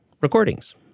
recordings